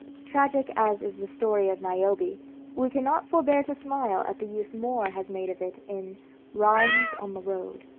tragic as is the story of niobe, we cannot forbear to smile at the use moore has made of it in rhymes on the road